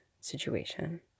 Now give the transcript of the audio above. situation